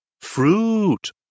Fruit